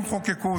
אם חוקקו,